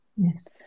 Yes